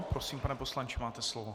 Prosím, pane poslanče, máte slovo.